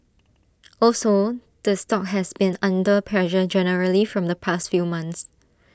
also the stock has been under pressure generally from the past few months